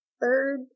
third